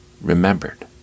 remembered